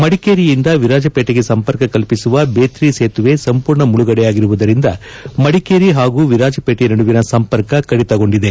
ಮಡಿಕೇರಿಯಿಂದ ವಿರಾಜಪೇಟೆಗೆ ಸಂಪರ್ಕ ಕಲ್ವಿಸುವ ಬೇತ್ರಿ ಸೇತುವೆ ಸಂಪೂರ್ಣ ಮುಳುಗಡೆ ಆಗಿರುವುದರಿಂದ ಮಡಿಕೇರಿ ಹಾಗೂ ವಿರಾಜಪೇಟಿ ನಡುವಿನ ಸಂಪರ್ಕ ಕಡಿತಗೊಂಡಿದೆ